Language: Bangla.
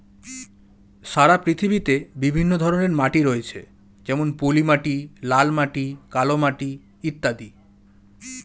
সারা পৃথিবীতে বিভিন্ন ধরনের মাটি রয়েছে যেমন পলিমাটি, লাল মাটি, কালো মাটি ইত্যাদি